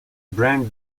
brand